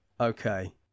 Okay